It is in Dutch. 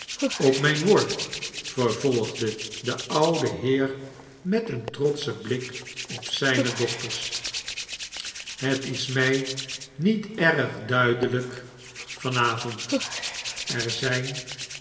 op mijn woord vervolgde de oude heer met een trotschen blik op zijne dochtera het is mij niet erg duidelijk van avond er zijn